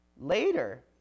later